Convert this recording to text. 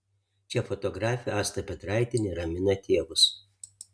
čia fotografė asta petraitienė ramina tėvus